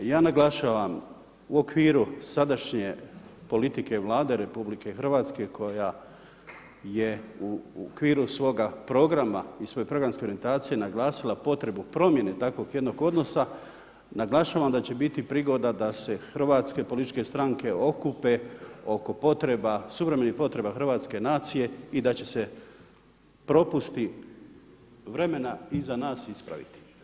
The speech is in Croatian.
Ja naglašavam u okviru sadašnje politike Vlade RH koja je u okviru svoga programa i svoje programske orijentacije naglasila potrebu promjene takvog jednog odnosa naglašavam da će biti prigoda da se hrvatske političke stranke okupe oko potreba, suvremenih potreba hrvatske nacije i da će se propusti vremena iza nas ispraviti.